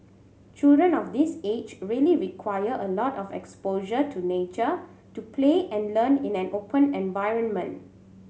children of this age really require a lot of exposure to nature to play and learn in an open environment